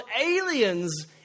aliens